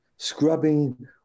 scrubbing